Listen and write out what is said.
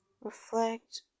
reflect